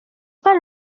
pas